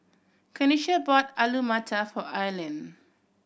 Kanisha bought Alu Matar for Aylin